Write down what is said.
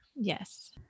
Yes